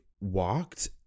walked